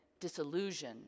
disillusion